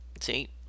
See